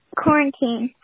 quarantine